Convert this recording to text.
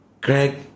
Greg